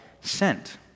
sent